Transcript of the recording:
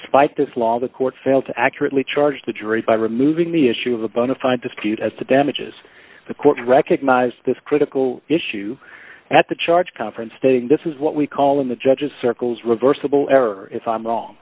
despite this law the court failed to accurately charge the dre by removing the issue of a bona fide dispute as to damages the court recognized this critical issue at the charge conference stating this is what we call in the judge's circles reversible error if i'm